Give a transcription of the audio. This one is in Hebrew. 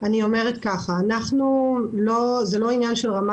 זה לא ברמה